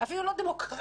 אפילו לא דמוקרטית,